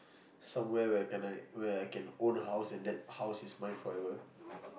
somewhere where can I where I can own a house and that house is mine forever